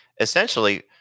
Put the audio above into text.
essentially—